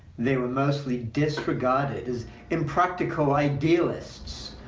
they were mostly disregarded as impractical idealists,